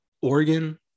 Oregon